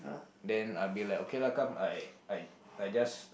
then I be like okay lah come I I I just